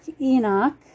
Enoch